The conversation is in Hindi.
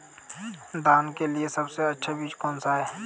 धान के लिए सबसे अच्छा बीज कौन सा है?